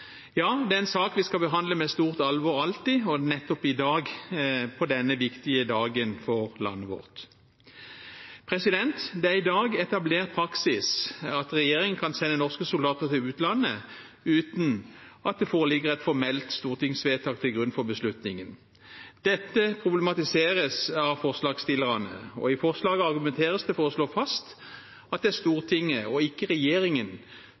Ja, det er en sak vi skal behandle med stort alvor alltid, og nettopp i dag på denne viktige dagen for landet vårt. Det er i dag etablert praksis at regjeringen kan sende norske soldater til utlandet uten at det foreligger et formelt stortingsvedtak til grunn for beslutningen. Dette problematiseres av forslagsstillerne, og i forslaget argumenteres det for å slå fast at det er Stortinget og ikke regjeringen